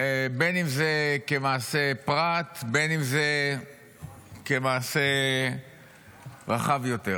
בין שזה כמעשה פרט, בין שזה כמעשה רחב יותר.